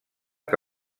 que